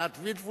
עינת וילף,